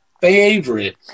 favorite